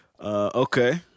Okay